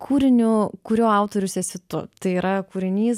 kūriniu kurio autorius esi tu tai yra kūrinys